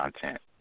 content